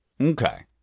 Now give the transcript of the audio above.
Okay